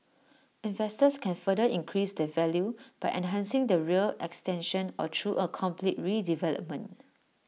investors can further increase their value by enhancing the rear extension or through A complete redevelopment